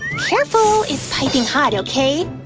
careful, it's piping hot, okay?